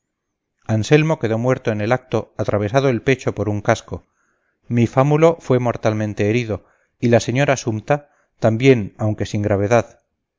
anselmo quedó muerto en el acto atravesado el pecho por un casco mi fámulo fue mortalmente herido y la señora sumta también aunque sin gravedad